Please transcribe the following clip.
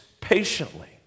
patiently